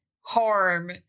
harm